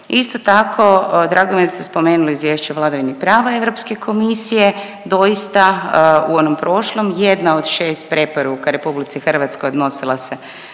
Isto tako drago mi je da ste spomenuli Izvješće o vladavini prava Europske komisije, doista u onom prošlom jedna od šest preporuka RH odnosila se